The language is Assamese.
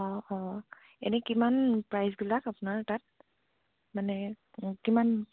অঁ অঁ এনেই কিমান প্ৰাইচবিলাক আপোনাৰ তাত মানে কিমান